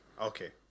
Okay